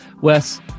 Wes